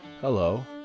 hello